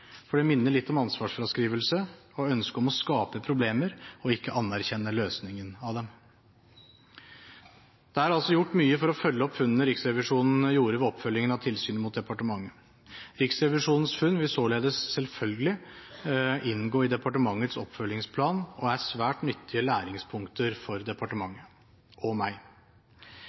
for det minner litt om ansvarsfraskrivelse og ønske om å skape problemer, og ikke om å anerkjenne løsningen av dem. Det er altså gjort mye for å følge opp funnene Riksrevisjonen gjorde ved oppfølgingen av tilsynet med departementet. Riksrevisjonens funn vil således selvfølgelig inngå i departementets oppfølgingsplan og er svært nyttige læringspunkter for